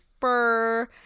fur